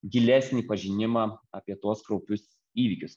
gilesnį pažinimą apie tuos kraupius įvykius